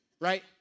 right